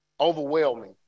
Overwhelming